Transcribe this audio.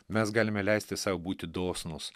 mes galime leisti sau būti dosnūs